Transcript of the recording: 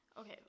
Okay